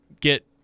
get